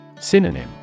Synonym